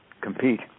compete